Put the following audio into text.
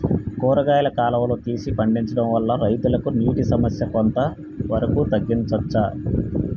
కూరగాయలు కాలువలు తీసి పండించడం వల్ల రైతులకు నీటి సమస్య కొంత వరకు తగ్గించచ్చా?